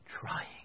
trying